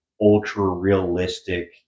ultra-realistic